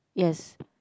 yes